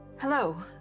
Hello